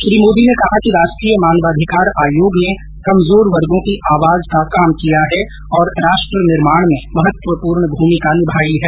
श्री मोदी ने कहा कि राष्ट्रीय मानवाधिकार आयोग ने कमजोर वर्गों की आवाज का काम किया है और राष्ट्र निर्माण में महत्वपूर्ण भूमिका निभाई है